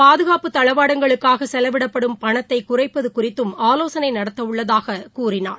பாதுகாப்பு தளவாடங்களுக்காக செலவிடப்படும் பணத்தை குறைப்பது குறித்தும் ஆவோசனை நடத்த உள்ளதாக கூறினார்